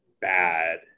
bad